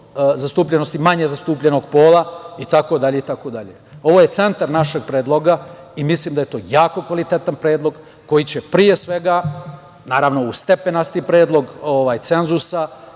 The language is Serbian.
zastupljenosti manje zastupljenog pola itd. Ovo je centar našeg predloga i mislim da je to jako kvalitetan predlog koji će pre svega, naravno, uz stepenasti predlog cenzusa